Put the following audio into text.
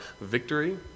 victory